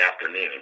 afternoon